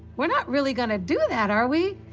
we're not really going to do that, are we?